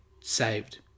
saved